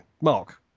Mark